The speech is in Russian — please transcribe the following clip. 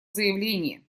заявление